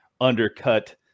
undercut